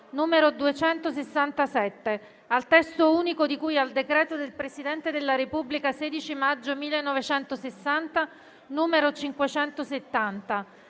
n. 267, al testo unico di cui al decreto del Presidente della Repubblica 16 maggio 1960, n. 570,